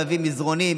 להביא מזרונים,